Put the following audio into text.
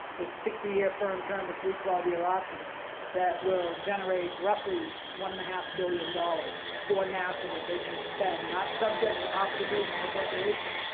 with a sixty year firm term, but three twelve year options that will generate roughly one and a half billion dollars for nasa that they can spend, not subject to authorization or appropriation.